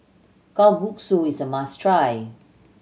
kalguksu is a must try